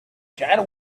chad